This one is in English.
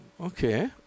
Okay